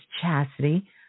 Chastity